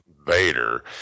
Vader